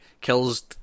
kills